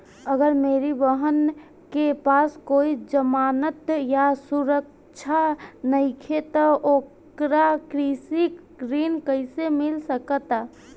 अगर मेरी बहन के पास कोई जमानत या सुरक्षा नईखे त ओकरा कृषि ऋण कईसे मिल सकता?